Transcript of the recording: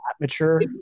mature